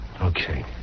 Okay